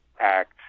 Act